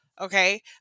Okay